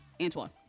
Antoine